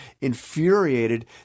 infuriated